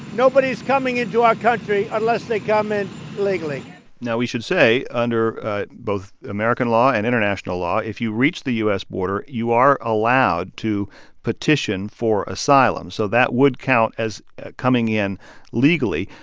nobody's coming into our country unless they come in legally now, we should say under both american law and international law, if you reach the u s. border, you are allowed to petition for asylum. so that would count as coming in legally.